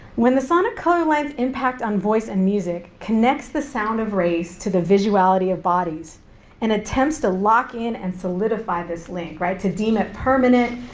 when the sonic color line's impact on voice and music connects the sound of race to the visuality of bodies and attempts to lock in and solidify this link, right, to deem it permanent,